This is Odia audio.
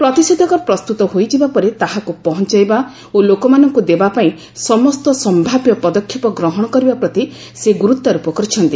ପ୍ରତିଷେଧକ ପ୍ରସ୍ତୁତ ହୋଇଯିବା ପରେ ତାହାକୁ ପହଞ୍ଚାଇବା ଓ ଲୋକମାନଙ୍କୁ ଦେବା ପାଇଁ ସମସ୍ତ ସମ୍ଭାବ୍ୟ ପଦକ୍ଷେପ ଗ୍ରହଣ କରିବା ପ୍ରତି ସେ ଗୁରୁତ୍ୱାରୋପ କରିଛନ୍ତି